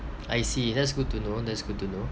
I see that's good to know that's good to know